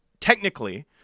technically